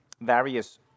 various